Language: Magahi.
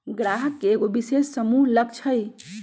गाहक के एगो विशेष समूह लक्ष हई